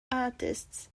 artists